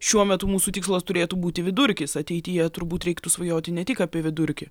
šiuo metu mūsų tikslas turėtų būti vidurkis ateityje turbūt reiktų svajoti ne tik apie vidurkį